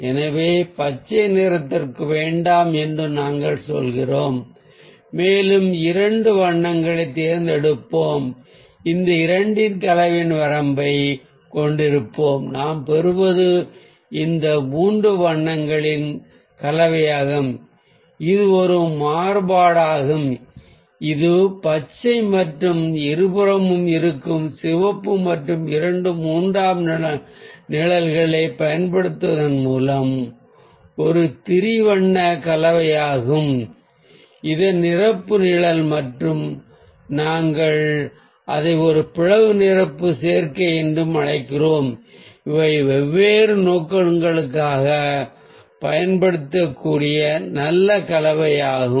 எனவே பச்சை நிறத்திற்கு வேண்டாம் என்று நாங்கள் சொல்கிறோம் மேலும் இரண்டு வண்ணங்களைத் தேர்ந்தெடுப்போம் இந்த இரண்டின் கலவையின் வரம்பைக் கொண்டிருப்போம் நாம் பெறுவது இந்த மூன்று வண்ணங்களின் கலவையாகும் இது ஒரு மாறுபாடாகும் இது பச்சை நிறத்தின் இருபுறமும் இருக்கும் சிவப்பு மற்றும் இரண்டு மூன்றாம் நிழல்களைப் பயன்படுத்திய மூன்று வண்ண கலவையாகும் இது அதன் நிரப்பு நிழல் மற்றும் நாங்கள் அதை ஒரு பிளவு நிரப்பு சேர்க்கை என்று அழைக்கிறோம் இவை வெவ்வேறு நோக்கங்களுக்காக பயன்படுத்தக்கூடிய நல்ல கலவையாகும்